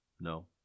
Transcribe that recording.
No